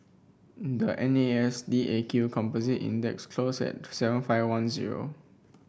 the N A S D A Q Composite Index closed at to seven five one zero